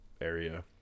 area